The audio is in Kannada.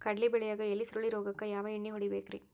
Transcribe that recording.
ಕಡ್ಲಿ ಬೆಳಿಯಾಗ ಎಲಿ ಸುರುಳಿ ರೋಗಕ್ಕ ಯಾವ ಎಣ್ಣಿ ಹೊಡಿಬೇಕ್ರೇ?